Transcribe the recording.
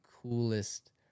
coolest